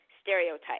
stereotype